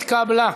התקבלה.